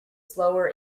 slower